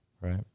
Right